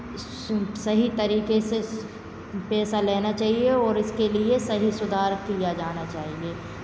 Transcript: सही तरीके से पैसा लेना चाहिए और इसके लिए सही सुधार किया जाना चाहिए